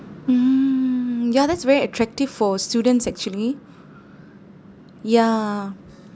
mm ya that's very attractive for students actually ya